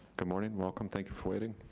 good morning, welcome. thank you for waiting.